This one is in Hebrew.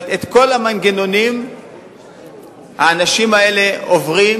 את כל המנגנונים האנשים האלה עוברים,